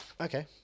Okay